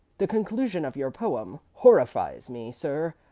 the conclusion of your poem horrifies me, sir.